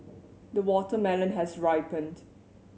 the watermelon has ripened